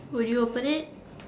would you open it